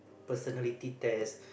personality test